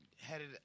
headed